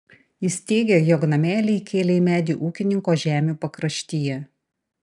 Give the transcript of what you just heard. jis teigė jog namelį įkėlė į medį ūkininko žemių pakraštyje